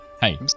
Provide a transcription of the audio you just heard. Hey